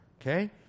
okay